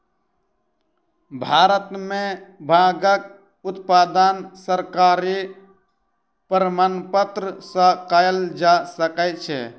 भारत में भांगक उत्पादन सरकारी प्रमाणपत्र सॅ कयल जा सकै छै